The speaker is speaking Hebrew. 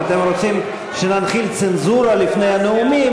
אם אתם רוצים שנחיל צנזורה לפני הנאומים,